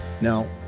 now